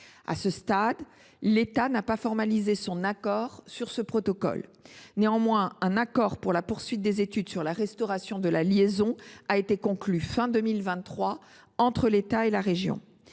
À ce stade, l’État n’a pas formalisé son accord sur ce protocole. Néanmoins, un accord pour la poursuite des études sur la restauration de la liaison a été conclu à la fin de 2023 entre l’État et la région.